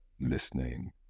listening